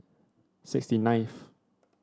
sixty ninth